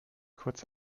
kurz